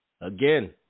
Again